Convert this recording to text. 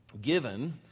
given